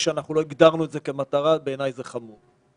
שאנחנו לא הגדרנו את כמטרה בעיניי זה חמור.